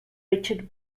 richard